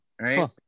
right